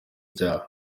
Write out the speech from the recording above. ibyaha